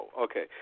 Okay